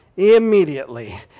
immediately